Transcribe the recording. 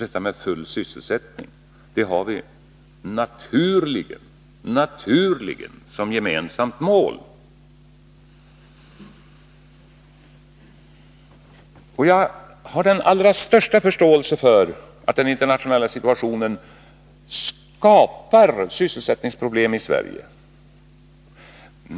Den fulla sysselsättningen har vi ju, naturligen, som gemensamt mål. Jag har den allra största förståelse för att den internationella situationen skapar sysselsättningsproblem i Sverige.